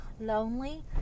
lonely